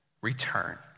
return